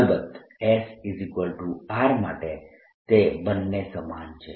અલબત્ત SR માટે તે બંને સમાન છે